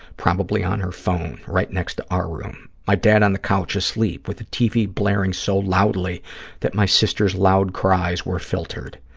probably on her phone, right next to our room, my dad on the couch asleep with the tv blaring so loudly that my sister's loud cries were filtered.